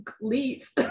leave